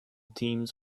teams